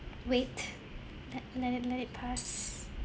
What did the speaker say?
wait let let it let it pass